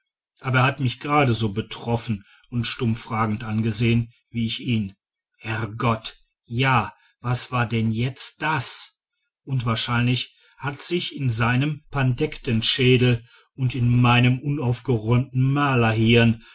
aber er hat mich geradeso betroffen und stumm fragend angesehen wie ich ihn herrgott ja was wär denn jetzt das und wahrscheinlich hat sich in seinem pandektenschädel und in meinem unaufgeräumten